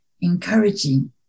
encouraging